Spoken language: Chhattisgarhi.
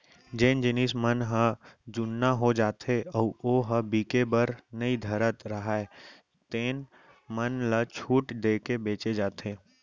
जेन जिनस मन ह जुन्ना हो जाथे अउ ओ ह बिके बर नइ धरत राहय तेन मन ल छूट देके बेचे जाथे